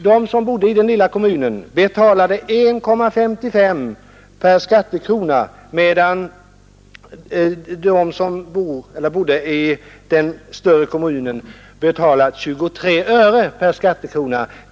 De som bodde i den lilla kommunen betalade därför 1:55 per skattekrona till kommunala bostadstillägg, medan de som bodde i den större kommunen bara betalade 23 öre per skattekrona.